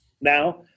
Now